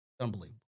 unbelievable